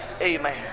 Amen